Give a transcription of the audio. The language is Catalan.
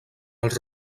els